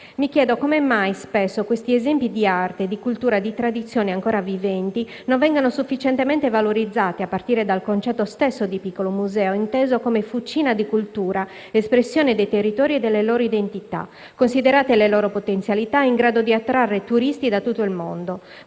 Mi chiedo come mai spesso questi esempi di arte, di cultura e di tradizione ancora viventi non vengano sufficientemente valorizzati, a partire dal concetto stesso di piccolo museo, inteso come fucina di cultura ed espressione dei territori e delle loro identità, considerate le loro potenzialità, in grado di attrarre turisti da tutto il mondo.